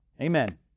Amen